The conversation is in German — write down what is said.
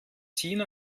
tina